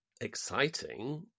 exciting